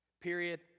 Period